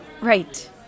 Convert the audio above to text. Right